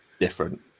different